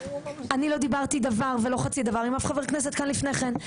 אני לא דיברתי דבר ולא חצי דבר עם אף חבר כנסת כאן לפני כן,